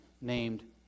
named